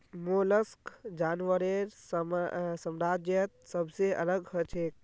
mollusc जानवरेर साम्राज्यत सबसे अलग हछेक